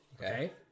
okay